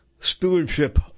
Stewardship